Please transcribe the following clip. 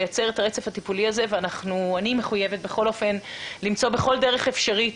לייצר את הרצף הטיפולי הזה ואני בכל אופן מחויבת למצוא בכל דרך אפשרית,